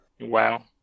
Wow